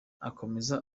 akomeza